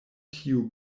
tiu